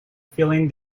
filling